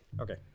okay